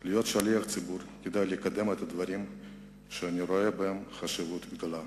להיות שליח ציבור כדי לקדם את הדברים שאני רואה בהם חשיבות גדולה.